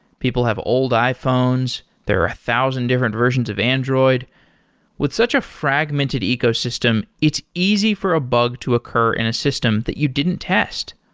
people have old iphones. there are a thousand different versions of and with such a fragmented ecosystem, it's easy for a bug to occur in a system that you didn't test.